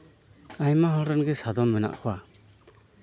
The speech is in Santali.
ᱟᱭᱢᱟ ᱦᱚᱲ ᱨᱮᱱ ᱜᱮ ᱥᱟᱫᱚᱢ ᱢᱮᱱᱟᱜ ᱠᱚᱣᱟ